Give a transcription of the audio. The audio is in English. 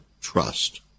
trust